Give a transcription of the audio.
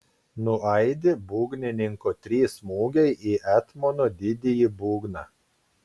nuaidi būgnininko trys smūgiai į etmono didįjį būgną